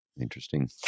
interesting